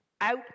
out